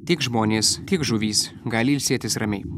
tiek žmonės tiek žuvys gali ilsėtis ramiai